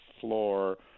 floor